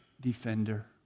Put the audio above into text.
defender